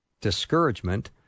discouragement